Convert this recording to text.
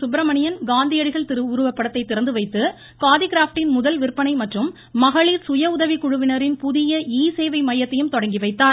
சுப்பிரமணியன் காந்தியடிகள் திருவுருவப்படத்தை திறந்து வைத்து காதி கிராப்ட் முதல் விற்பனை மற்றும் மகளிர் சுயஉதவிக்குழுவினரின் புதிய ஈ சேவை மையத்தையும் தொடங்கி வைத்தார்